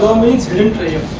means hidden treasure